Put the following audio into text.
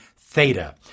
theta